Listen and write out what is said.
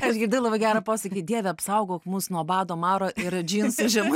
aš girdėjau labai gerą posakį dieve apsaugok mus nuo bado maro ir džinsų žemu